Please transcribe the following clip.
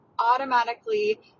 automatically